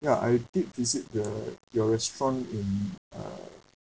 ya I did visit the your restaurant in uh